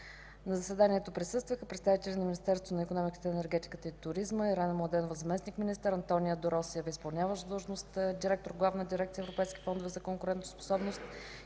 На заседанието присъстваха представителите на Министерство на икономиката, енергетиката и туризма: Ирена Младенова – заместник-министър, Антония Доросиева – изпълняващ длъжността директор на Главна дирекция „Европейски фондове за конкурентоспособност”,